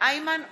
איימן עודה,